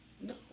No